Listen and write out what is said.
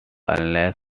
unless